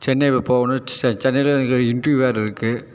சென்னை போகணும் சென்னையில் எனக்கு ஒரு இண்ட்ரியூ வேற இருக்கு